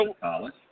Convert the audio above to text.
college